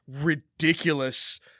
ridiculous